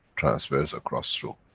transfers across through,